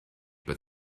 but